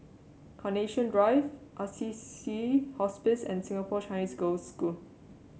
Carnation Drive Assisi Hospice and Singapore Chinese Girls' School